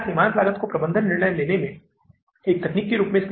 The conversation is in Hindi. अब हमें संग्रह की तलाश करनी है जुलाई महीने के लिए कितना संग्रह हैं